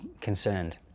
concerned